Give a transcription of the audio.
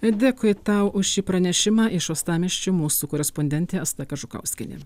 dėkui tau už šį pranešimą iš uostamiesčio mūsų korespondentė asta kažukauskienė